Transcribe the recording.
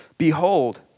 Behold